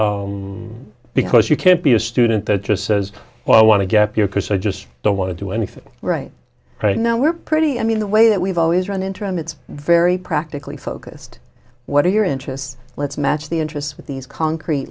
because you can't be a student that just says well i want to gap year because i just don't want to do anything right right now we're pretty i mean the way that we've always run interim it's very practically focused what are your interests let's match the interests with these concrete